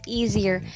easier